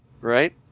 Right